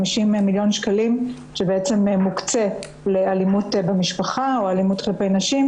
50 מיליון שקלים שמוקצה לאלימות במשפחה או אלימות כלפי נשים,